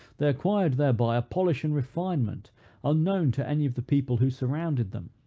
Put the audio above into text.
they acquired thereby a polish and refinement unknown to any of the people who surrounded them.